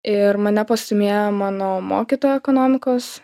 ir mane pastūmėjo mano mokytoja ekonomikos